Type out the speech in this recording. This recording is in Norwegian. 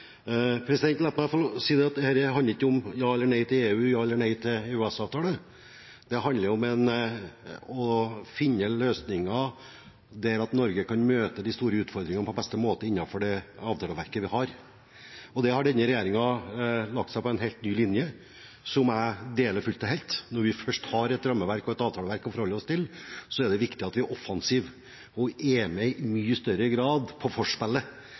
meg få si at dette handler ikke om ja eller nei til EU, eller ja eller nei til EØS-avtale: Det handler om å finne løsninger der Norge kan møte de store utfordringene på beste måte innenfor det avtaleverket vi har, og der har denne regjeringen lagt seg på en helt ny linje som jeg deler fullt og helt. Når vi først har et rammeverk og et avtaleverk å forholde oss til, er det viktig at vi er offensive og i mye større grad er med på